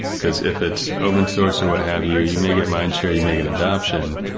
because if it's open source or what have you, you may get mind share, you may get adaption,